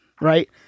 right